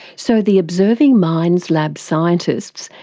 so the observing minds lab scientists,